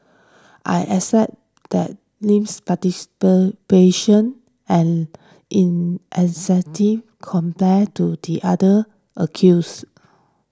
I accept that Lim's participation and in a sentive compared to the other accused